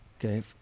Okay